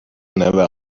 never